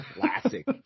classic